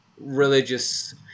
religious